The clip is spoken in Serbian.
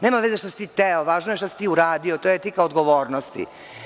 Nema veze što si ti hteo, važno je šta si ti uradio, to je etika odgovornosti.